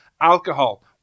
Alcohol